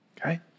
okay